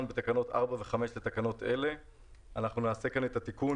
בתקנות 4 ו-5 לתקנות אלה --- נעשה כאן את התיקון,